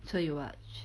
so you watch